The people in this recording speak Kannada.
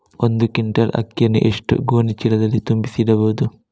ಒಂದು ಕ್ವಿಂಟಾಲ್ ಅಕ್ಕಿಯನ್ನು ಎಷ್ಟು ಗೋಣಿಚೀಲದಲ್ಲಿ ತುಂಬಿಸಿ ಇಡಬಹುದು?